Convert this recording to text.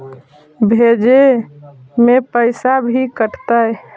भेजे में पैसा भी कटतै?